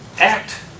act